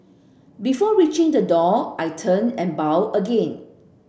before reaching the door I turned and bowed again